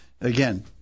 again